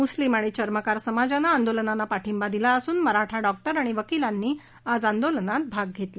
मुस्लिम आणि चर्मकार समाजानं आंदोलनाला पाठिंबा दिला असून मराठा डॉक्टर आणि वकिलांनी आज आंदोलनात भाग घेतला